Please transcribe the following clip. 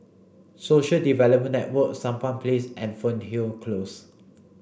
Social Development Network Sampan Place and Fernhill Close